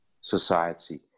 society